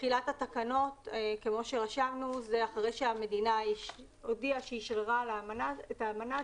תחילת התקנות כמו שרשמנו זה אחרי שהמדינה הודיעה שהיא אשררה את האמנה.